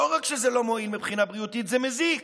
לא רק שזה לא מועיל מבחינה בריאותית, זה מזיק.